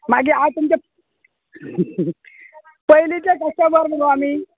मागीर आयज तुमचे पयलीचे कस्टमर म्हणो आमी